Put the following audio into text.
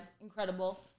Incredible